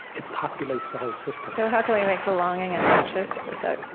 it populates the whole system so how can we make belonging infectious? is that,